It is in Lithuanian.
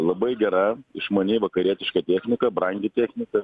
labai gera išmani vakarietiška technika brangi technika